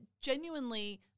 genuinely